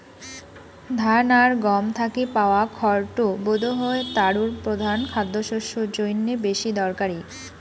ধান আর গম থাকি পাওয়া খড় টো বোধহয় তারুর প্রধান খাদ্যশস্য জইন্যে বেশি দরকারি